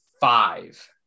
five